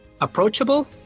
approachable